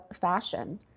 fashion